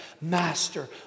Master